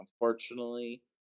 unfortunately